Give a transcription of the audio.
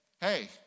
hey